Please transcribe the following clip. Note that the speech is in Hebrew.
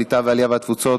הקליטה והתפוצות,